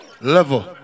level